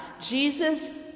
Jesus